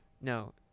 No